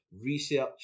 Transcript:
research